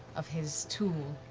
of his tool?